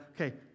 okay